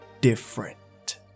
different